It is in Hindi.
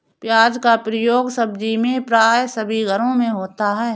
प्याज का प्रयोग सब्जी में प्राय सभी घरों में होता है